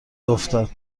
افتاد